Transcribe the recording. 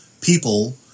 people